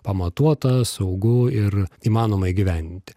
pamatuota saugu ir įmanoma įgyvendinti